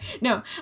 No